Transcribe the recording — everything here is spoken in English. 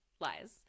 lies